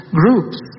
groups